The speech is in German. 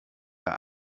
der